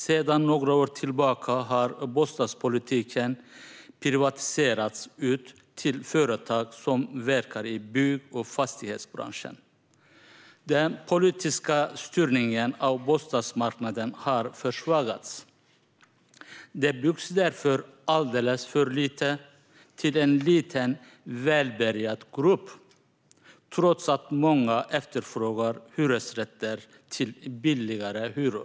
Sedan några år tillbaka har bostadspolitiken privatiserats ut till företag som verkar i bygg och fastighetsbranschen. Den politiska styrningen av bostadsmarknaden har försvagats. Det byggs därför alldeles för lite, till en liten välbärgad grupp, trots att många efterfrågar hyresrätter till billigare hyror.